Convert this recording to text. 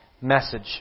message